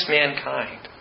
mankind